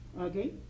okay